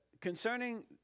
concerning